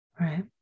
Right